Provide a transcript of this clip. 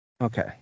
Okay